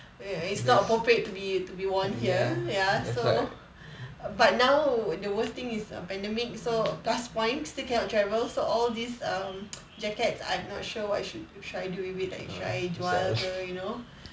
it's not appropriate to be to be worn here ya so but now the worst thing is err pandemic so plus points still cannot travel so all these um jackets I'm not sure what should I do with it like should I jual ke you know